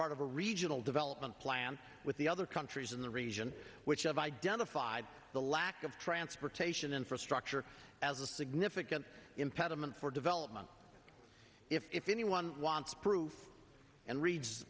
part of a regional development plan with the other countries in the region which have identified the lack of transportation infrastructure as a significant impediment for development if anyone wants proof and reads